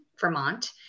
Vermont